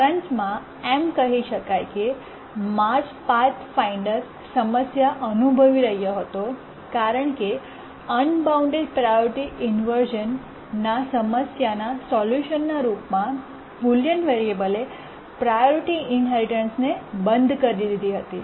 સારાંશમાંએમ કહી શકાય કે માર્સ પાથફાઇન્ડર સમસ્યા અનુભવી રહ્યો હતો કારણ કે અનબાઉન્ડ પ્રાયોરિટી ઇન્વર્શ઼નના સમસ્યાના સોલ્યૂશન રૂપમાં બુલિયન વેરીએબલએ પ્રાયોરિટી ઈન્હેરિટન્સને બંધ કરી દીધી હતી